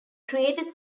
created